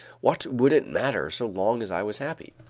what would it matter so long as i was happy?